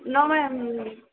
no ma'am